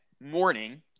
morning